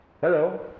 hello